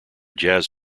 jazz